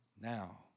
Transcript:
now